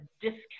discount